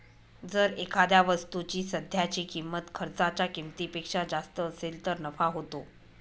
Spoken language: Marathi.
जर एखाद्या वस्तूची सध्याची किंमत खर्चाच्या किमतीपेक्षा जास्त असेल तर नफा होतो